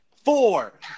Four